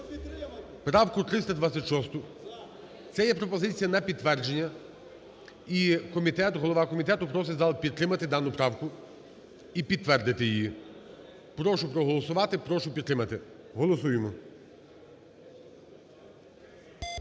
правку 326-у. Це є пропозиція на підтвердження. І комітет, голова комітету просить зал підтримати дану правку і підтвердити її. Прошу проголосувати. Прошу підтримати. Голосуємо.